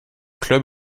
club